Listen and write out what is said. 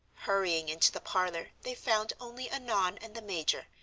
hurrying into the parlor, they found only annon and the major,